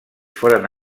foren